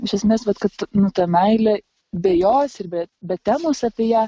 iš esmės vat kad nu ta meilė be jos ir be be temos apie ją